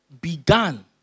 began